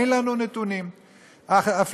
הייתה יכולה להגיד: אין לנו נתונים.